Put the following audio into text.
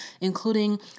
including